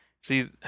See